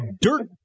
Dirt